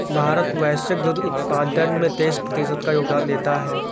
भारत वैश्विक दुग्ध उत्पादन में तेईस प्रतिशत का योगदान देता है